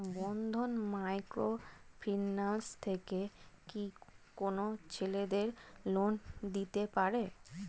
বন্ধন micro finance থেকে কি কোন ছেলেদের লোন দিতে পারে?